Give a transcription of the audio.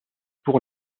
pour